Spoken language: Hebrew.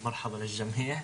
מה היית רוצה בסוף השנה שיקרה?